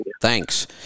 Thanks